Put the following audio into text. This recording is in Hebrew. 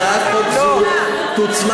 הצעת חוק זו תוצמד.